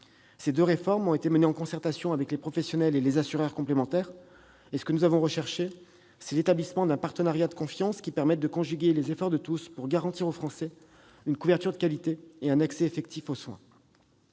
Ces deux réformes ont été menées en concertation avec les professionnels et les assureurs complémentaires. Ce que nous avons recherché, c'est l'établissement d'un partenariat de confiance qui permette de conjuguer les efforts de tous, pour garantir aux Français une couverture de qualité et un accès effectif aux soins.